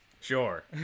Sure